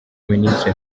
minisitiri